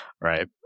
Right